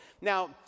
Now